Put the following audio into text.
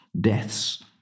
deaths